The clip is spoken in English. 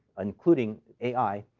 including ai,